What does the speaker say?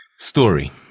Story